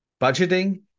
Budgeting